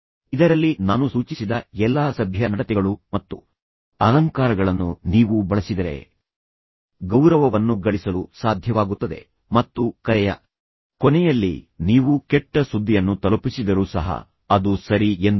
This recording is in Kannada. ಇದರಲ್ಲಿ ನಾನು ಸೂಚಿಸಿದ ಎಲ್ಲಾ ಸಭ್ಯ ನಡತೆಗಳು ಮತ್ತು ಅಲಂಕಾರಗಳನ್ನು ನೀವು ಬಳಸಿದರೆ ನೀವು ಗೌರವವನ್ನು ಗಳಿಸಲು ಸಾಧ್ಯವಾಗುತ್ತದೆ ಮತ್ತು ಕರೆಯ ಕೊನೆಯಲ್ಲಿ ನೀವು ಕೆಟ್ಟ ಸುದ್ದಿಯನ್ನು ತಲುಪಿಸಿದರೂ ಸಹ ಅದು ಸರಿ ಎಂದು ಅವರು ಭಾವಿಸುತ್ತಾರೆ